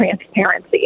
transparency